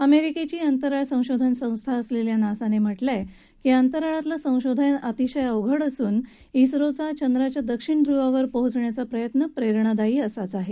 अमेरिकेची अंतराळ संशोधान संस्था असलेल्या नासाने म्हटलंय की अंतराळातलं संशोधन अतिशय अवघड असून अंजरोचा चंद्राच्या दक्षिण ध्रुवावर पोहोचण्याचा प्रयत्न प्रेरणादायी असाच आहे